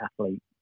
athlete